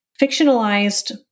fictionalized